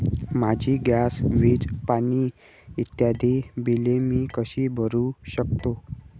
माझी गॅस, वीज, पाणी इत्यादि बिले मी कशी भरु शकतो?